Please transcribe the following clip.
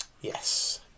Yes